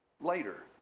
later